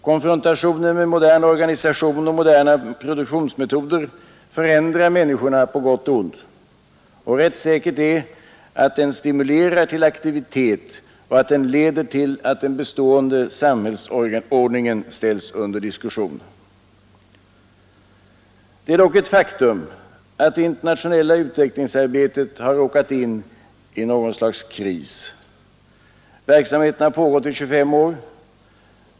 Konfrontationen med modern organisation och moderna produktionsmetoder förändrar människorna på gott och ont. Rätt säkert är att den stimulerar till aktivitet och att den leder till att den bestående samhällsordningen ställs under diskussion. Det är dock ett faktum att det internationella utvecklingsarbetet har råkat in i ett slags kris. Verksamheten har nu pågått i 25 år.